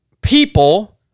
people